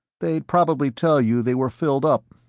they'd probably tell you they were filled up.